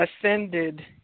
ascended